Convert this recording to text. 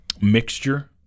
mixture